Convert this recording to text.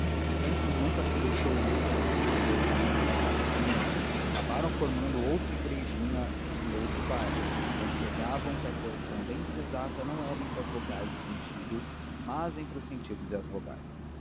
santos nunca se deixou ir com esses divergentes da casa comum que acabaram formando outra igrejinha em outro bairro onde pregavam que a correspondência exata não era entre as vogais e os sentidos mas entre os sentidos e as vogais